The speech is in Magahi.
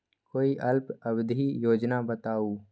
कोई अल्प अवधि योजना बताऊ?